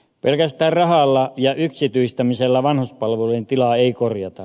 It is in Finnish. pelkästään rahalla ja yksityistämisellä vanhuspalvelujen tilaa ei korjata